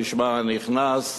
המשמר הנכנס,